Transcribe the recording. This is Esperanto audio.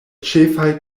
ĉefaj